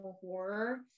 horror